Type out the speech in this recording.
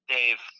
Dave